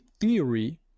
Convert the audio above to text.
theory